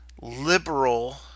liberal